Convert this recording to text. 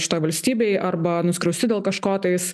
šitoj valstybėj arba nuskriausti dėl kažko tais